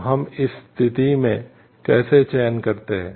तो हम इस स्थिति में कैसे चयन करते हैं